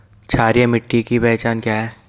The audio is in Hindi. क्षारीय मिट्टी की पहचान क्या है?